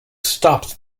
stopped